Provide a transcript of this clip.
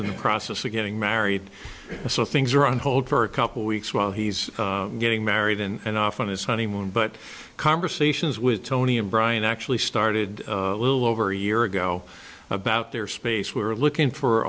in the process of getting married so things are on hold for a couple weeks while he's getting married and off on his honeymoon but conversations with tony and brian actually started a little over a year ago about their space we're looking for